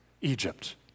Egypt